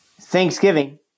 Thanksgiving